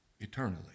Eternally